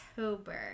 October